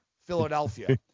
Philadelphia